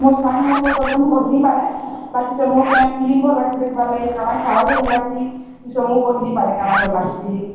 ମୋ ସାଙ୍ଗମାନଙ୍କ କଥା ମୁଁ କହିନାଇଁ ପାରେ ବାକି ସେ ମୋ କା ଫିଲ୍ମ ଭଲ ଲାଗ୍ସି ଦେଖିବାର୍ ଲାଗି କାଣା ଖାଇବାର୍ ଲାଗି ଭଲ ଲାଗ୍ସି ସେ ମୁଁ କହିପାରେ କାଣା ଭଲ ଲାଗ୍ସି